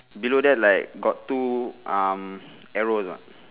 below there like got two um arrows or not